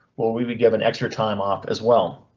will we be given extra time off as well?